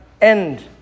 end